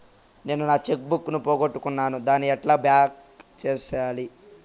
నేను నా cheque book ను పోగొట్టుకున్నాను దాన్ని ఎట్లా బ్లాక్ సేయాలి?